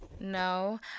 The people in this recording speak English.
No